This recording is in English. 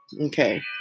Okay